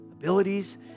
abilities